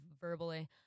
verbally